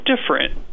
different